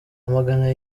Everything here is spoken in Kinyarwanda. amagana